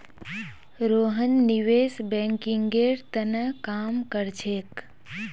रोहन निवेश बैंकिंगेर त न काम कर छेक